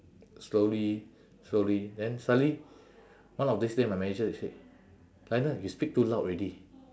slowly slowly then suddenly one of this day my manager he say lionel you speak too loud already